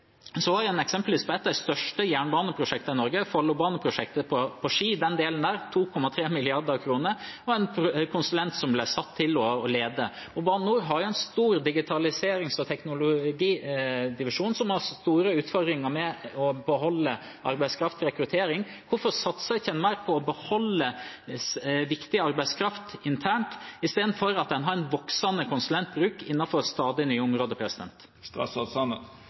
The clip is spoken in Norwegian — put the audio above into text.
en eksempelvis på et av de største jernbaneprosjektene i Norge, Follobaneprosjektet, på Ski, 2,3 mrd. kr og en konsulent som ble satt til å lede. Bane NOR har en stor digitaliserings- og teknologidivisjon som har store utfordringer med å beholde arbeidskraft og med rekruttering. Hvorfor satser en ikke mer på å beholde viktig arbeidskraft internt istedenfor at en har en voksende konsulentbruk innenfor stadig nye områder?